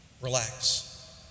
relax